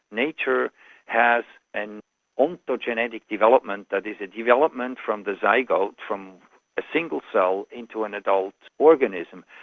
nature has an ontogenetic development that is a development from the zygote, from a single cell into an adult organism.